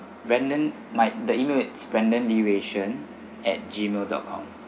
brandon my the email it's brendan lee wei shen at gmail dot com